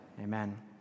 Amen